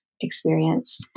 experience